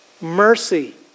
Mercy